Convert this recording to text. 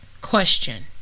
Question